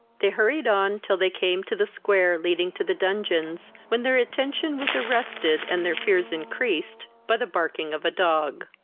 they hurried on till they came to the square leading to the dungeons, when their attention was arrested, and their fears increased by the barking of a dog.